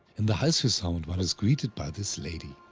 in the halsosound one is greeted by this lady.